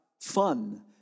fun